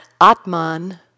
Atman